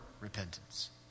repentance